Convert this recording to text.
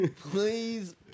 please